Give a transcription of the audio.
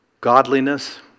godliness